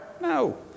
No